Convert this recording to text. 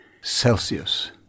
Celsius